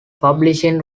publishing